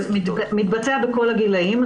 מתבצע בכל הגילים.